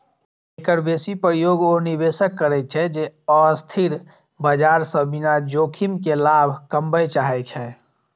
एकर बेसी प्रयोग ओ निवेशक करै छै, जे अस्थिर बाजार सं बिना जोखिम के लाभ कमबय चाहै छै